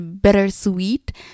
Bittersweet